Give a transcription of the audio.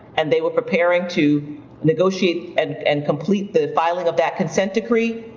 and they were preparing to negotiate and and complete the filing of that consent decree,